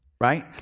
Right